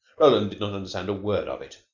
roland did not understand a word of it,